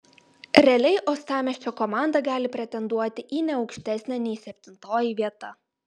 realiai uostamiesčio komanda gali pretenduoti į ne aukštesnę nei septintoji vieta